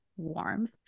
warmth